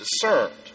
discerned